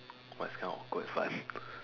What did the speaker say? but it's kind of awkward [what]